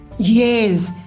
Yes